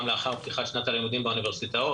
גם לאחר פתיחת שנת הלימודים באוניברסיטאות,